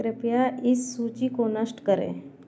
कृपया इस सूची को नष्ट करें